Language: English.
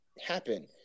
happen